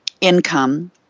income